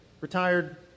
retired